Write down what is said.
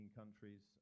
countries